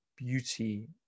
beauty